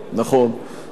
נכון, נכון.